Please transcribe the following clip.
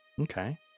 okay